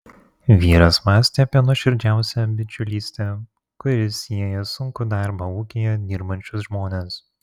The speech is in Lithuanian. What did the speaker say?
vyras mąstė apie nuoširdžią bičiulystę kuri sieja sunkų darbą ūkyje dirbančius žmones